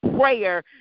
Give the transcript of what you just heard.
prayer